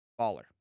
Baller